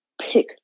pick